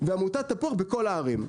ועמותת תפוח בכל הערים.